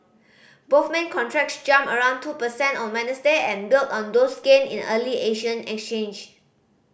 both main contracts jumped around two percent on Wednesday and built on those gain in early Asian exchange